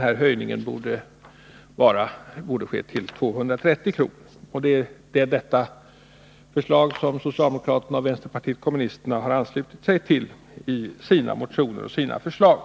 höjningen borde uppgå till 230 kr. Det är detta förslag som socialdemokraterna och vänsterpartiet kommunisterna har anslutit sig till i sina motioner och sina förslag.